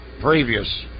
Previous